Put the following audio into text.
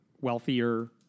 wealthier